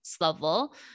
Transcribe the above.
level